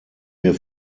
mir